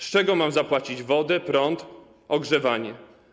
Z czego mam zapłacić za wodę, prąd, ogrzewanie?